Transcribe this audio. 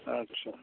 अच्छा